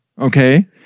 okay